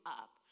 up